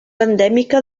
endèmica